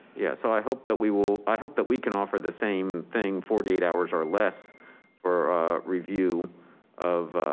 yeah, so i hope that we will, i hope that we can offer the same thing. forty eight hours or less for review of